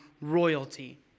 royalty